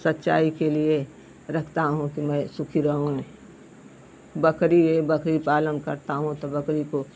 सच्चाई के लिए रखता हूँ कि मैं सुखी रहूँ बकरी ये बकरी पालन करता हूँ तो बकरी को